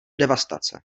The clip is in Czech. devastace